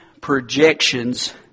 projections